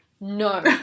no